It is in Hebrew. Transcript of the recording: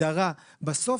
אגב,